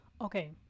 Okay